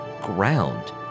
ground